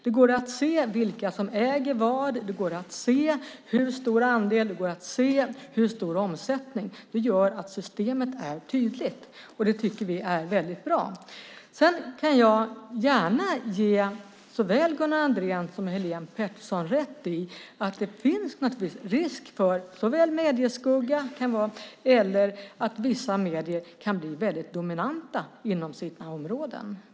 Det går att se vilka som äger vad, hur stor andelen är och hur stor omsättningen är. Det gör att systemet är tydligt, och det tycker vi är bra. Jag kan gärna ge såväl Gunnar Andrén som Helene Petersson rätt i att det finns risk för medieskugga eller att vissa medier kan bli dominanta inom sina områden.